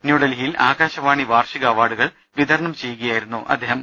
ന്യൂഡൽഹിയിൽ ആകാശവാണി വാർഷിക അവാർഡുകൾ വിതരണം ചെയ്യുകയായിരുന്നു അദ്ദേഹം